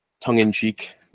tongue-in-cheek